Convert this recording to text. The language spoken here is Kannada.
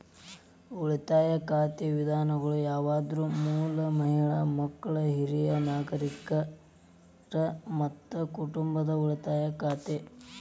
ಉಳಿತಾಯ ಖಾತೆ ವಿಧಗಳು ಯಾವಂದ್ರ ಮೂಲ, ಮಹಿಳಾ, ಮಕ್ಕಳ, ಹಿರಿಯ ನಾಗರಿಕರ, ಮತ್ತ ಕುಟುಂಬ ಉಳಿತಾಯ ಖಾತೆ